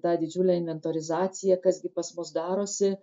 tą didžiulę inventorizaciją kas gi pas mus darosi